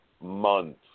month